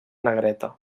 negreta